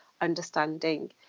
understanding